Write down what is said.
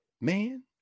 man